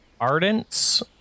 Ardents